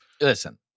Listen